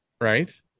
right